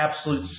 absolute